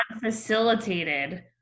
facilitated